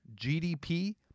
GDP